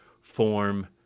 form